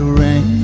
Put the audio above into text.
rain